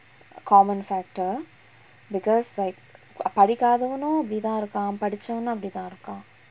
common factor because like படிக்காதவனும் அப்படிதா இருக்கான் படிச்சவனும அப்படிதா இருக்கான்:padikkathavanum appadithaa irukkaan padichavanum appaditha irukkaan